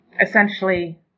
essentially